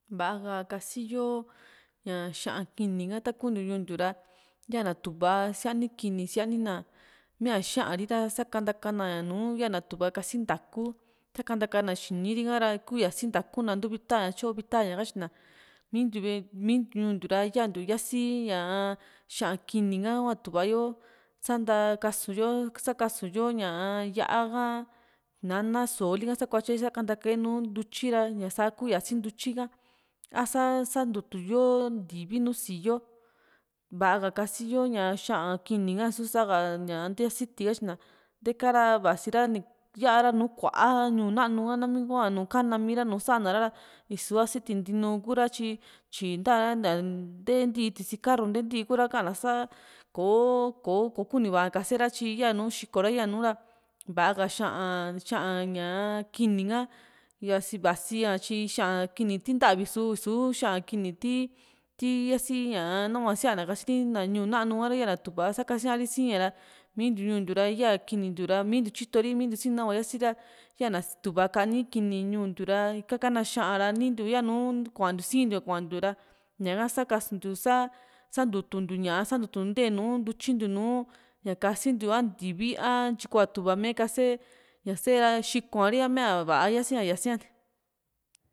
va´a ka kasiyo ñaa xa´an kini ka taku ntiu ñuu ntiu ra ya´na tu´va síani kini síani´na míaa xa´anri ra sakantakana ña nùù ya´na tu´va kasi ntaa´ku kantaka na xini ri´a ra ku yasii ntaa´ku na ntuu vita ña tyo vita ña katyina mintiu ve´e ntiu mintiu ñuu ntiu ra yaantiu yasi ñaa xa´an kini ka kuaa tu´va yo sa´nta kasu yo sakasu yo ñá´a yá´a ka tinana sóo lika sakuatye sakantaka´e nùù ntutyi ra sa ku yasii ntityi ka a´sa sa ntutu yo ntivi nùù síyoo va´a ka kasiyo xa´an kini ha isusa ka ña nte asiti katyina nteka ra vasira ya´a ra nùù kuaa ñuu nanu ka nami hua kana mii ra nu sa´nara rá i´su asiti ntiinu kura tyi tyi´ntara nté ntii tisi karru ntíi ku´ra ka´an na kò´o kò´o kuni va´a kasera tyi yanu xiko ra yanu ra va´a ka xa´an xa´an ña kini ka vasia tyi xa´an kini ti natvi su´su xa´an kini ti ti yasi ña nahua siía´na kasiri na ñuu nanu ha´ar yana tu´va sakasíari sísia´ra mintiu ñuu ntiu ra ya kini ntiu ra mintiu tyito ri mintiu sinahua yasiri´ra ya´na tu´va kani ñuu ntiu ra ika kana xa´an ra nintiu yanu kuantiu siintiu kuantiu ra ñaka sakasuntiu sa santutuntiu ña´a saa ntee nùù ntutyi nùù ña kasintiu´a ntivi a ntyikua tu´va me kase ña sae xiko´a riso mia va´a yasi´a